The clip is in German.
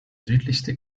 südlichste